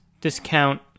discount